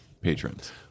patrons